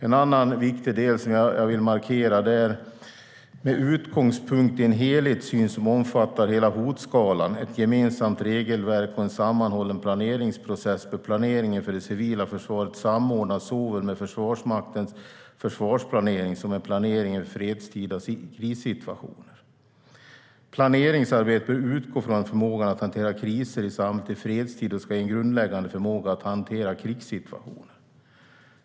En annan viktig del som jag vill markera är: "Med utgångspunkt i en helhetssyn som omfattar hela hotskalan, ett gemensamt regelverk och en sammanhållen planeringsprocess bör planeringen för det civila försvaret samordnas såväl med Försvarsmaktens försvarsplanering som med planeringen för fredstida krissituationer. - Planeringsarbetet bör utgå från att förmågan att hantera kriser i samhället i fredstid också ska ge en grundläggande förmåga att hantera krigssituationer.